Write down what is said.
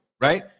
right